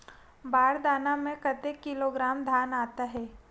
बार दाना में कतेक किलोग्राम धान आता हे?